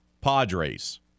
Padres